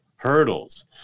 hurdles